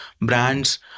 brands